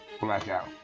Blackout